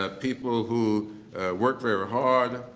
ah people who work very hard,